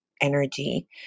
energy